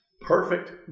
perfect